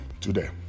today